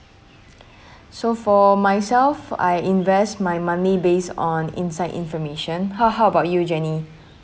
so for myself I invest my money based on inside information how how about you jennie